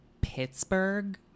Pittsburgh